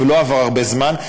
ולא עבר הרבה זמן,